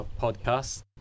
podcast